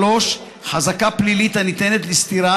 3. חזקה פלילית הניתנת לסתירה,